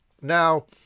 Now